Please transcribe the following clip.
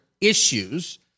issues